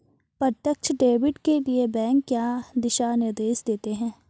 प्रत्यक्ष डेबिट के लिए बैंक क्या दिशा निर्देश देते हैं?